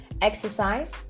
exercise